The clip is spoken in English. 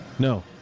No